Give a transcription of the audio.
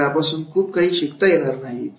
अशा खेळापासून खूप काही शिकता येणार नाही